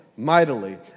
Mightily